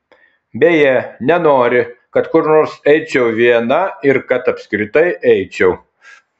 beje nenori kad kur nors eičiau viena ir kad apskritai eičiau